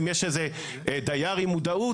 אם יש איזה דייר עם מודעות,